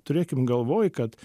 turėkim galvoj kad